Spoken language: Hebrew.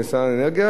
ממשרד האנרגיה,